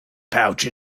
pouch